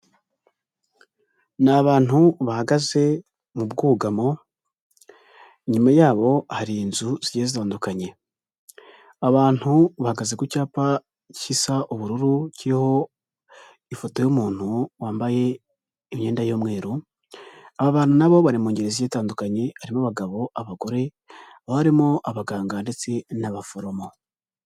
Ni abantu bahagaze mu bwugamo, inyuma yabo hari inzu zigiye zitandukanye. Abantu bahagaze ku cyapa gisa ubururu kiriho ifoto y'umuntu wambaye imyenda y'umweru, aba bantu na bo bari mu ngeri zigiye zitandukanye, harimo abagabo, abagore, hakaba harimo abaganga ndetse n'abaforomo.